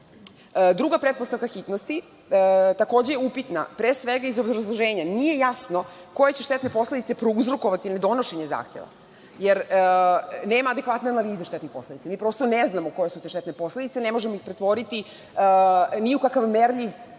druga pretpostavka hitnosti takođe je upitna. Pre svega iz obrazloženja nije jasno koje će štetne posledice prouzrokovati nedonošenje zakona, jer nema adekvatne analize štetnih posledica. Mi prosto ne znamo koje su to štetne posledice. Ne možemo ih pretvoriti ni u kakav merljiv